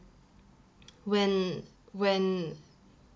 when when